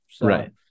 right